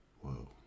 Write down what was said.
Whoa